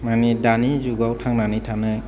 माने दानि जुगाव थांनानै थानोब्ला